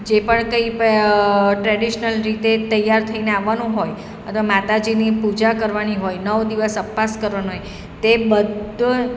જે પણ કંઈ ટ્રેડિશનલ રીતે તૈયાર થઈને આવવાનું હોય અથવા માતાજીની પૂજા કરવાની હોય નવ દિવસ ઉપવાસ કરવાના હોય તે બધુંય